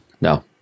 No